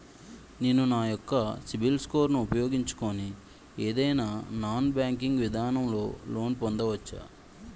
నేను నా యెక్క సిబిల్ స్కోర్ ను ఉపయోగించుకుని ఏదైనా నాన్ బ్యాంకింగ్ విధానం లొ లోన్ పొందవచ్చా?